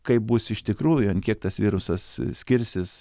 kaip bus iš tikrųjų ant kiek tas virusas skirsis